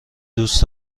دوست